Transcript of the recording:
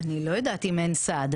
אני לא יודעת אם אין סעד,